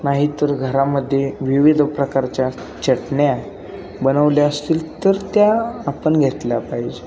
नाहीतर घरामध्ये विविध प्रकारच्या चटण्या बनवल्या असतील तर त्या आपण घेतल्या पाहिजे